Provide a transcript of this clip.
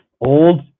old